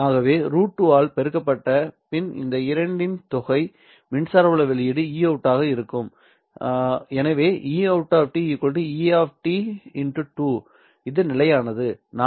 ஆகவே √2 ஆல் பெருக்கப்பட்ட பின் இந்த இரண்டின் தொகை மின்சார புல வெளியீடு Eout ஆக இருக்கும் எனவே Eout E¿ 2 இது நிலையானது நான்